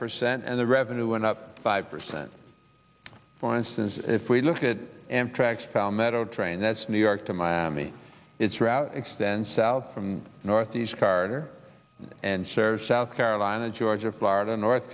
percent and the revenue went up five percent for instance if we look at it and tracks palmetto train that's new york to miami its route extends south from northeast corridor and serves south carolina georgia florida north